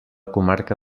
comarca